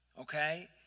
Okay